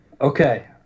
Okay